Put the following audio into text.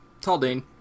Taldane